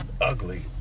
ugly